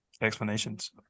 explanations